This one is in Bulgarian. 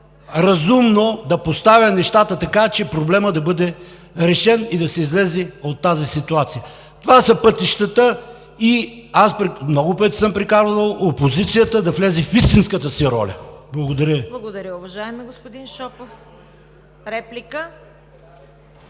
разумно да поставя нещата така, че проблемът да бъде решен и да се излезе от тази ситуация. Това са пътищата. Много пъти съм приканвал опозицията да влезе в истинската си роля. Благодаря Ви. ПРЕДСЕДАТЕЛ ЦВЕТА КАРАЯНЧЕВА: Благодаря, уважаеми господин Шопов. Реплика?